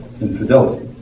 infidelity